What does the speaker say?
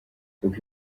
uko